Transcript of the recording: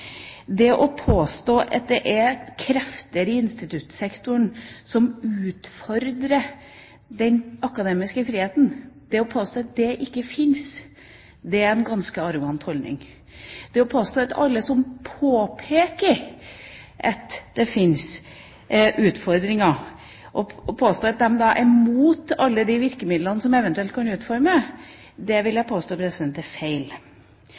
krefter i instituttsektoren som utfordrer den akademiske friheten, er en ganske arrogant holdning. Det å påstå at alle som påpeker at det fins utfordringer, er imot alle de virkemidlene som eventuelt kan utformes, vil jeg påstå er feil. Det eneste jeg er enig i i det representanten Tajik sa, er